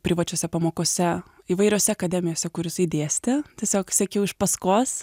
privačiose pamokose įvairiose akademijose kur isai dėstė tiesiog sekiau iš paskos